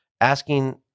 asking